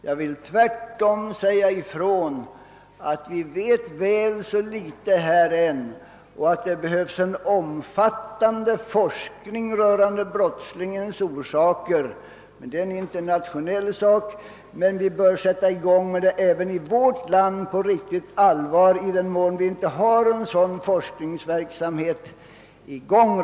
Jag vill tvärtom säga ifrån att vi vet alldeles för litet om dessa saker än så länge och att det behövs en omfattande forskning rörande brottslighetens orsaker. Även om det är en internationell fråga bör vi ändå även här i vårt land sätta i gång den forskningen på allvar, om vi inte redan har en sådan forskningsverksamhet i gång.